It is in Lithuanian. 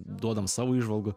duodam savo įžvalgų